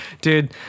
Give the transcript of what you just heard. Dude